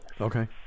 Okay